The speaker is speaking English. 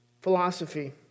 philosophy